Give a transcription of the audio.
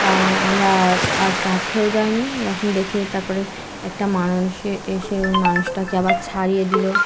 তাই আমরা আর কাছেও যাইনি ওরকম দেখে তারপরে একটা মানুসে এসে ওই মানুষটাকে আবার ছাড়িয়ে দিলো